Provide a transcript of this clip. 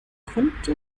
könnte